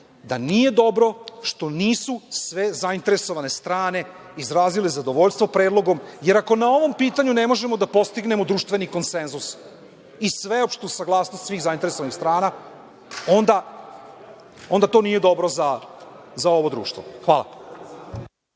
da nije dobro što nisu sve zainteresovane strane izrazile zadovoljstvo predlogom, jer ako na ovom pitanju ne možemo da postignemo društveni konsenzus i sveopštu saglasnost svih zainteresovanih strana, onda to nije dobro za ovo društvo. Hvala.